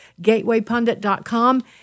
GatewayPundit.com